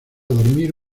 dormir